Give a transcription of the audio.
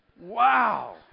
Wow